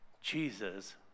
Jesus